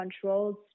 controls